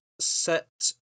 set